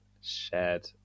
shared